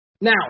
Now